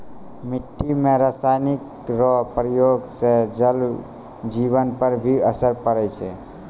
मिट्टी मे रासायनिक रो प्रयोग से जल जिवन पर भी असर पड़ै छै